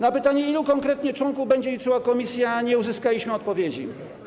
Na pytanie, ilu konkretnie członków będzie liczyła komisja, nie uzyskaliśmy odpowiedzi.